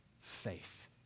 faith